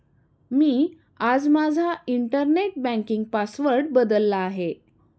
मी आज माझा internet banking password बदलला आहे